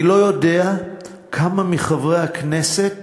אני לא יודע כמה מחברי הכנסת